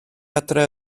adref